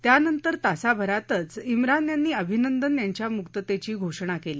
त्यानंतर तासाभरातच इम्रान यांनी अभिनंदन यांच्या मुक्ततेची घोषणा केली